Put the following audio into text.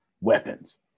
Weapons